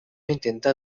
intenta